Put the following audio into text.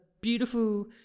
beautiful